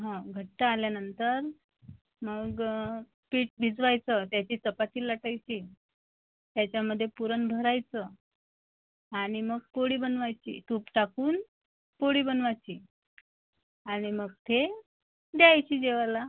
हा घट्ट आल्यानंतर मग पीठ भिजवायचं त्याची चपाती लाटायची त्याच्यामध्ये पुरण भरायचं आणि मग पोळी बनवायची तूप टाकून पोळी बनवायची आणि मग ते द्यायची जेवायला